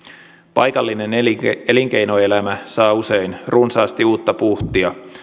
paikallinen elinkeinoelämä elinkeinoelämä saa usein runsaasti uutta puhtia